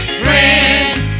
friend